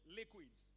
liquids